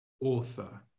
author